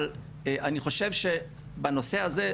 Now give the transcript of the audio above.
אבל אני חושב שבנושא הזה,